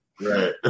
Right